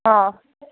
ಹಾಂ